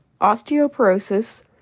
Osteoporosis